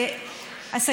של קיבוץ,